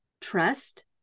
trust